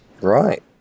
Right